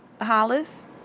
Hollis